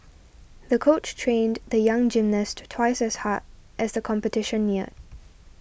the coach trained the young gymnast twice as hard as the competition neared